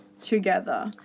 together